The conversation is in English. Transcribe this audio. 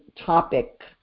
topic